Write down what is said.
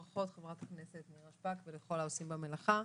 ברכות, חברת הכנסת נירה שפק ולכל העושים במלאכה.